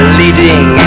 leading